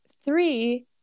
Three